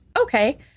Okay